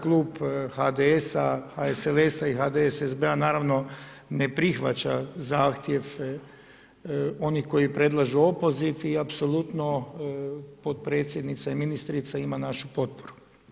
Klub HDS-a, HSLS-a i HDSSB-a naravno ne prihvaća zahtjev onih koji predlažu opoziv i apsolutno potpredsjednica i ministrica ima našu potporu.